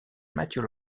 matthew